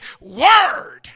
word